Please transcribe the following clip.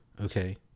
Okay